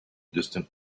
distant